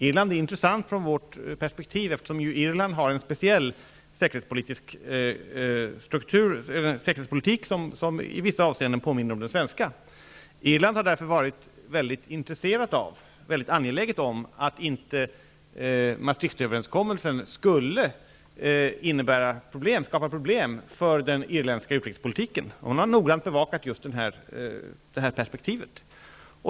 Irland är intressant från vårt perspektiv, eftersom Irland har en speciell säkerhetspolitik som i vissa avseenden påminner om den svenska. Irland har därför varit mycket angeläget om att Maastrichtöverenskommelsen inte skulle skapa problem för den irländska utrikespolitiken. Man har noga bevakat detta perspektiv.